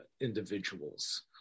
individuals